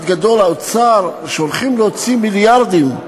גדול לאוצר שהולכים להוציא מיליארדים.